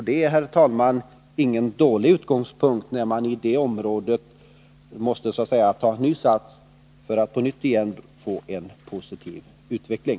Det är, herr talman, ingen dålig utgångspunkt när man i det området måste, så att säga, ta ny sats för att på nytt få en positiv utveckling.